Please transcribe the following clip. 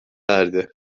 erdi